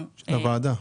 הוועדה.